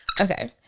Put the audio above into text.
Okay